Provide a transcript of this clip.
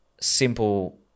simple